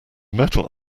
metal